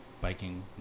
biking